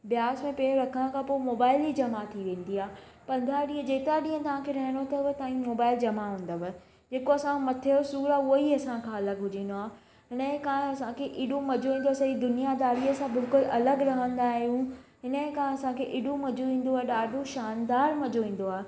ब्यास में पेर रखण खां पोइ मोबाइल ई जमा थी वेंदी आहे पंद्रहं ॾींहं जेका ॾींहं तव्हांखे रहिणो अथव तव्हांजी मोबाइल जमा हूंदव जेको असांजो मथे जो सूर आहे उहेई असांखां अलॻि हुजंदो आहे इनजे करे असांखे एॾो मजो ईंदो आहे सॼी दुनिया दारी सां बिलकुलु अलॻि रहंदा आहियूं इनजे कारण असांखे एॾो मजो ईंदो आहे ॾाढो शानदारु मजो ईंदो आहे